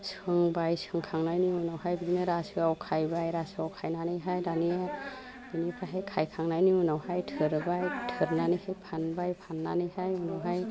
सोंबाय सोंखांनायनि उनावहाय बिदिनो रासोआव खायबाय रासोआव खायनानैहाय दानिया बेनिफ्राय खायखांनायनि उनावहाय थोरबाय थोरनानैहाय फानबाय फान्नानैहाय उनावहाय